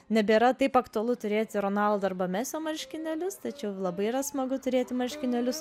nebėra taip aktualu turėti ronaldo arba mesio marškinėlius tačiau labai yra smagu turėti marškinėlius